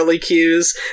cues